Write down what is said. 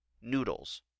noodles